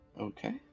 Okay